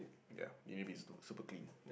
ya it need to be super super clean